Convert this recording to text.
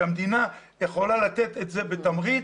המדינה יכולה לתת את זה בתמריץ.